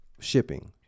shipping